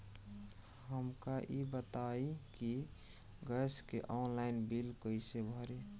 हमका ई बताई कि गैस के ऑनलाइन बिल कइसे भरी?